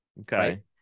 Okay